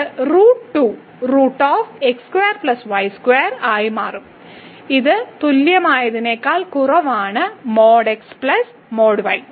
ഇത് ആയി മാറും ഇതിന് തുല്യമായതിനേക്കാൾ കുറവാണ് | x || y |